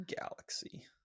galaxy